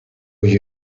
you